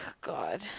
god